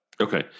Okay